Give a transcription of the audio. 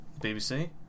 BBC